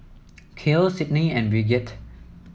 Cael Sydnie and Brigette